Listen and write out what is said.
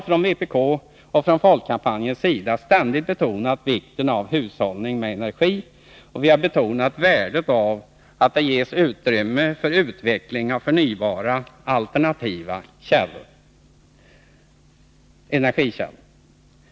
Från vpk:s och folkkampanjens sida har vi ständigt betonat vikten av hushållning med energi, och vi har betonat värdet av att det ges utrymme för utveckling av förnybara alternativa energikällor.